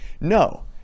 no